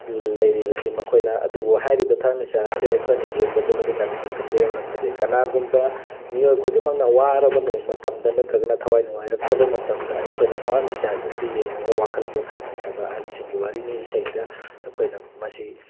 ꯂꯩꯔꯤꯕ ꯑꯁꯤ ꯃꯈꯣꯏꯅ ꯑꯗꯨꯕꯨ ꯍꯥꯏꯔꯤꯕ ꯊꯋꯥꯏ ꯃꯤꯆꯥꯛ ꯑꯁꯦ ꯑꯩꯈꯣꯏꯅ ꯌꯦꯡꯕꯗ ꯅꯨꯃꯤꯗꯥꯡꯒꯤ ꯃꯇꯝꯗ ꯌꯥꯝꯅ ꯐꯖꯩ ꯀꯅꯥꯒꯨꯝꯕ ꯃꯤꯑꯣꯏ ꯈꯨꯗꯤꯡꯃꯛꯅ ꯋꯥꯔꯕ ꯃꯇꯝꯗ ꯅꯠꯇ꯭ꯔꯒꯅ ꯊꯋꯥꯏ ꯅꯨꯡꯉꯥꯏꯔꯛꯇ꯭ꯔꯕ ꯃꯇꯝꯗ ꯑꯩꯈꯣꯏꯅ ꯊꯋꯥꯟ ꯃꯤꯆꯥꯛ ꯑꯁꯤ ꯌꯦꯡꯉꯒ ꯋꯥꯈꯜ ꯄꯣꯊꯥꯅꯩ ꯍꯥꯏꯕ ꯑꯍꯜꯁꯤꯡꯒꯤ ꯋꯥꯔꯤꯅꯤ ꯏꯁꯩꯗ ꯑꯩꯈꯣꯏꯅ ꯃꯁꯤ